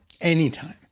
Anytime